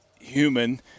human